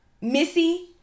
Missy